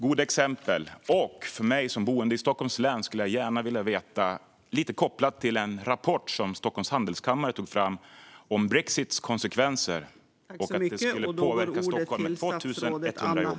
Jag som boende i Stockholms län skulle gärna vilja koppla detta till en rapport som Stockholms handelskammare tog fram om brexits konsekvenser. Det skulle påverka 2 100 jobb i Stockholm.